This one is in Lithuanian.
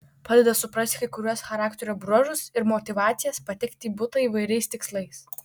padeda suprasti kai kuriuos charakterio bruožus ir motyvacijas patekti į butą įvairiais tikslais